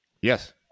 Yes